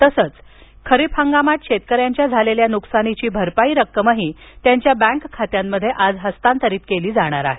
तसंच खरीप हंगामात शेतकऱ्यांच्या झालेल्या नुकसानीची भरपाई रक्कमही त्यांच्या बँक खात्यांमध्ये हस्तांतरित केली जाणार आहे